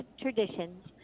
traditions